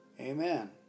Amen